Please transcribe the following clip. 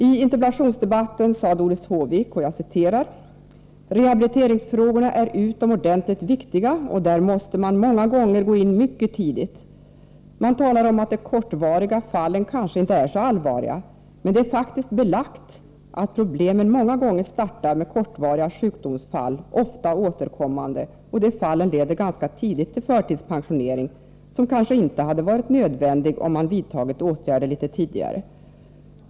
I interpellationsdebatten sade Doris Håvik: ”Rehabiliteringsfrågorna är utomordentligt viktiga, och där måste man många gånger gå in mycket tidigt. Man talar om att de kortvariga fallen kanske inte är så allvarliga, men det är faktiskt belagt att problemen många gånger startar med kortvariga sjukdomsfall, ofta återkommande, och de fallen leder ganska tidigt till förtidspensionering, som kanske inte hade varit nödvändig om man vidtagit åtgärder lite tidigare.